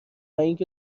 اینکه